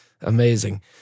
amazing